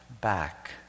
back